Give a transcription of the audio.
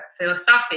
philosophy